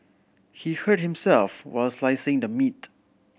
he hurt himself while slicing the meat